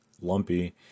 lumpy